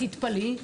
תתפלאי,